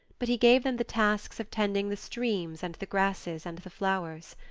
but he gave them the tasks of tending the streams and the grasses and the flowers.